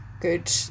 good